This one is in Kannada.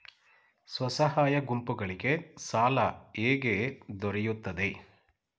ಸ್ವಸಹಾಯ ಗುಂಪುಗಳಿಗೆ ಸಾಲ ಹೇಗೆ ದೊರೆಯುತ್ತದೆ?